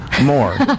more